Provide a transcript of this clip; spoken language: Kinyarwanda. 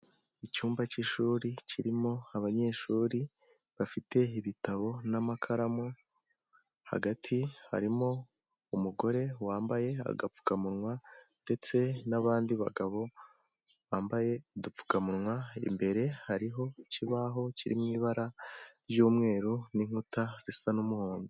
Icyumba k'ishuri kirimo abanyeshuri bafite ibitabo n'amakaramu, hagati harimo umugore wambaye agapfukamunwa ndetse n'abandi bagabo bambaye udupfukamunwa, imbere hariho ikibaho kiri mu ibara ry'umweru n'inkuta zisa n'umuhondo.